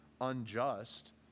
unjust